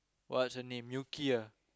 what's your name Yuki ah